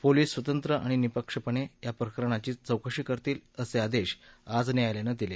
police स्वतंत्र आणि निपक्षपणे या प्रकरणाची चौकशी करतील असे आदेश आज न्यायालयानं दिले